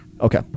Okay